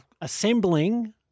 assembling